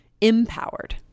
empowered